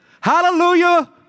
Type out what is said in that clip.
Hallelujah